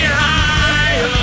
higher